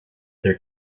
there